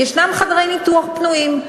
חדרי ניתוח פנויים.